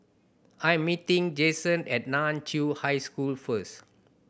I am meeting Jaxon at Nan Chiau High School first